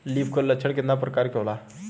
Leaf curl लक्षण केतना परकार के होला?